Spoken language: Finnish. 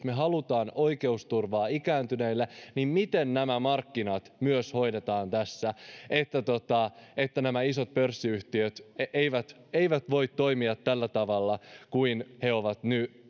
me haluamme oikeusturvaa ikääntyneille niin miten myös nämä markkinat hoidetaan tässä niin että nämä isot pörssiyhtiöt eivät eivät voi toimia tällä tavalla kuin ne ovat